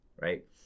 right